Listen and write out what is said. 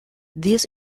this